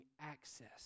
access